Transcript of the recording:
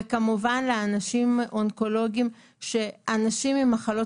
וכמובן לאנשים אונקולוגיים --- מאתרים אנשים עם מחלות